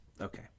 Okay